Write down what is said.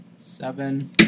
Seven